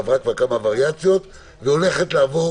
עברה כבר כמה וריאציות והולכת לעבור